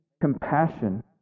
compassion